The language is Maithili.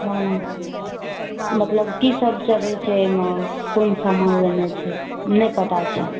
हँ मतलब की सभ चढै छै एहिमे क़ोन समान लेनाइ छै नहि पता छै